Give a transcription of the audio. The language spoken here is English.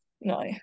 No